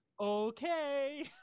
okay